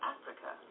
Africa